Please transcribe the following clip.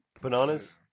bananas